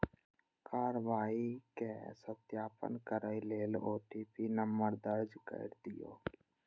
कार्रवाईक सत्यापन करै लेल ओ.टी.पी नंबर दर्ज कैर दियौ